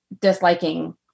disliking